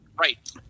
Right